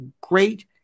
great